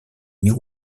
new